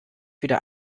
wieder